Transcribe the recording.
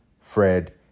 Fred